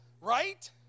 right